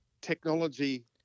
technology